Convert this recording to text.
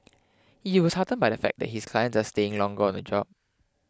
he was heartened by the fact that his clients are staying longer on the job